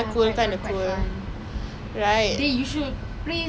eh later once we go home we need to play P_S four okay